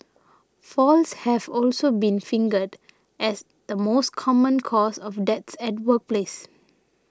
falls have also been fingered as the most common cause of deaths at the workplace